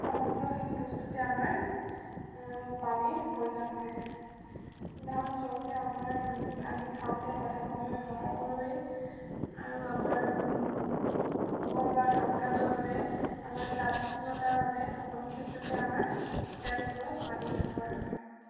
সমগ্ৰখিনি বস্তুতে আমাৰ পানীৰ প্ৰয়োজন হয় উদাহৰণস্বৰূপে আমাৰ আমি খাওঁতে প্ৰধানভাৱে ব্যৱহাৰ কৰোঁৱেই আৰু আমাৰ ঘৰুৱা কাম কাজৰ বাবে আমাৰ চাফচিকুণতাৰ বাবে সকলো ক্ষেত্ৰতে আমাৰ ইত্যাদিবোৰত পানীৰ ব্যৱহাৰ হয়